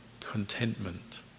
contentment